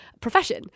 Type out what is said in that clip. profession